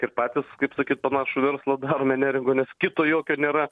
ir patys kaip sakyt panašų verslą darome neringoj nes kito jokio nėra